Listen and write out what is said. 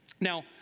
now